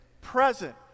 present